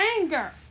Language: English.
Anger